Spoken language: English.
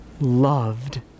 loved